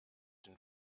den